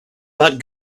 that